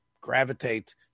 gravitate